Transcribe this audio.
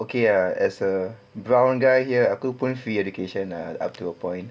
okay uh as a brown guy here aku pun free education ah up to a point